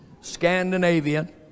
Scandinavian